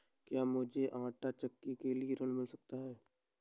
क्या मूझे आंटा चक्की के लिए ऋण मिल सकता है?